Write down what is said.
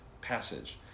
passage